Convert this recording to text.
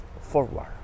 forward